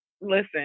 Listen